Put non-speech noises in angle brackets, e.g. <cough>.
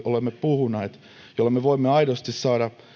<unintelligible> olemme puhuneet jolloin me voimme aidosti saada